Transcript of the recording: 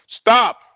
Stop